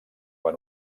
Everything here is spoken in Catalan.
van